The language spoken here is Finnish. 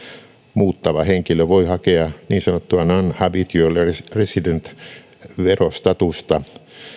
muuttava henkilö voi hakea niin sanottua non habitual resident verostatusta